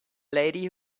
lady